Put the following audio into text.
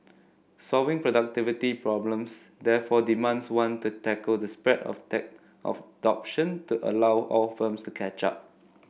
solving productivity problems therefore demands one to tackle the spread of tech adoption to allow all firms to catch up